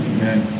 Amen